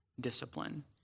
discipline